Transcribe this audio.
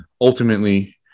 ultimately